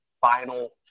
final